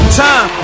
time